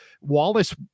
Wallace